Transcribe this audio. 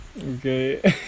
okay